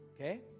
Okay